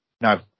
No